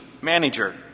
manager